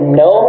no